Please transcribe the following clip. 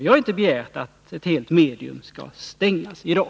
Vi har inte begärt att ett helt medium skall stängas i dag.